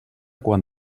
quan